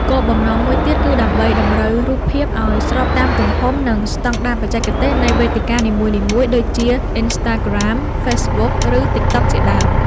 គោលបំណងមួយទៀតគឺដើម្បីតម្រូវរូបភាពឱ្យស្របតាមទំហំ និងស្ដង់ដារបច្ចេកទេសនៃវេទិកានីមួយៗដូចជា អ៊ីនស្តាក្រាម, ហ្វេសប៊ុក ឬ តីកតុកជាដើម។